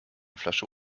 flasche